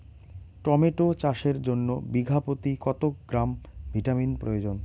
Tomato চাষের জন্য বিঘা প্রতি কত গ্রাম ভিটামিন প্রয়োজন?